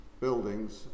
buildings